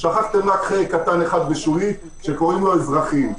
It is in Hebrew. שכחתם חלק קטן - קוראים לו האזרחים.